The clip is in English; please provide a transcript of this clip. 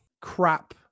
crap